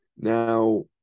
Now